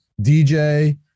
DJ